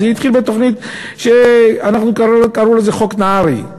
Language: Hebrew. זה התחיל בתוכנית שקראו לה חוק נהרי.